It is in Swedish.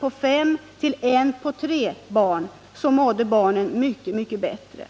vuxen -— till I på 3 mådde barnen mycket bättre.